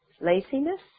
laziness